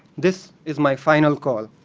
this is my final call.